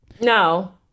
No